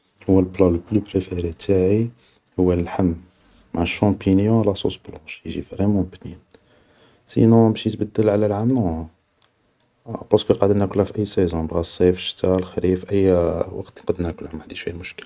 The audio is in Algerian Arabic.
هو البلا لو بلو بريفيري تاعي هو اللحم مع الشومبينيون الاصوص بلونش, يجي فريمون بنين, سينون باش يتبدل علا العام نون, بارسك قادر ناكله في أي سيزون, بغا صيف شتا لخريف أي وقت نقد ناكله ما عنديش فيها مشكل